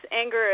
anger